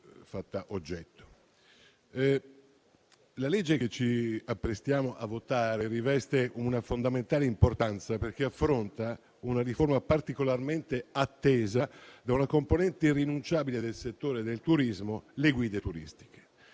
di legge che ci apprestiamo a votare riveste una fondamentale importanza, perché affronta una riforma particolarmente attesa da una componente irrinunciabile del settore del turismo, cioè le guide turistiche.